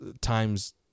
times